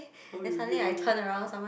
how you hear